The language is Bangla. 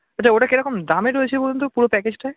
আচ্ছা ওটা কেরকম দামে রয়েছে বলুন তো পুরো প্যাকেজটা